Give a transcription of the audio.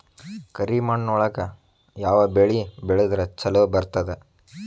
ಕರಿಮಣ್ಣೊಳಗ ಯಾವ ಬೆಳಿ ಬೆಳದ್ರ ಛಲೋ ಬರ್ತದ?